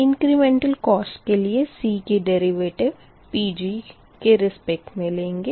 incremental cost के लिए C की डेरिवेटिव Pg के रेसपेक्ट मे लेंगे